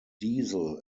diesel